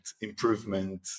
improvement